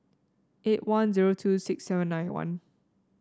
eight one zero two six seven nine one